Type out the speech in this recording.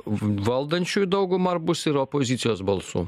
valdančiųjų dauguma ar bus ir opozicijos balsų